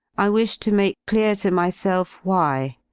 i wish to make clear to myself why,